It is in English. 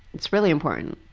it's really important.